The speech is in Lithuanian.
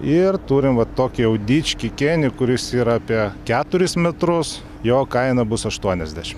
ir turim vat tokį jau dičkį kėnį kuris yra apie keturis metrus jo kaina bus aštuoniasdešim